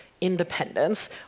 independence